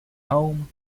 home